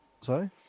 Sorry